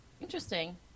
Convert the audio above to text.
Interesting